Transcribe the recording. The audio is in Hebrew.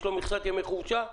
יש לו מכסת ימי חופשה.